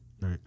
Right